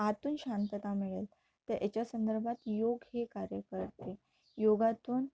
आतून शांतता मिळेल तर याच्या संदर्भात योग हे कार्य करते योगातून